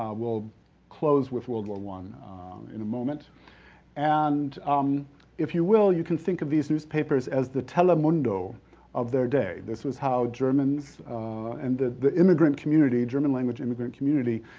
we'll close with world war i in a moment and um if you will, you can think of these newspapers as the telemundo of their day. this was how germans and the the immigrant community, german language immigrant community